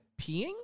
peeing